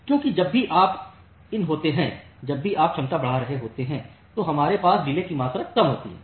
क्योंकि जब भी आप इन होते हैं जब भी आप क्षमता बढ़ा रहे होते हैं तो हमारे पास डिले की मात्रा कम होती है